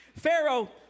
Pharaoh